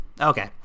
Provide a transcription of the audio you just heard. Okay